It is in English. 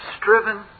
striven